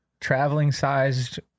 traveling-sized